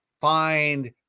find